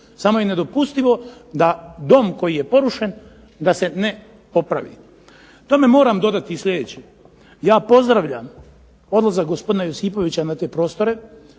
samo je nedopustivo da dom koji je porušen da se ne popravi. Tome moram dodati sljedeće. Ja pozdravljam odlazak gospodina Josipovića na te prostore,